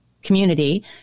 community